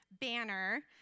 banner